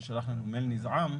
ששלח לנו מייל נזעם.